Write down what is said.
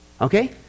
okay